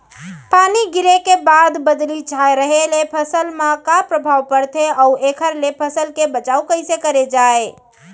पानी गिरे के बाद बदली छाये रहे ले फसल मा का प्रभाव पड़थे अऊ एखर ले फसल के बचाव कइसे करे जाये?